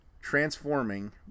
transforming